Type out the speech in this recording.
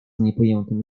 niepojętym